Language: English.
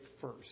first